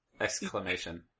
Exclamation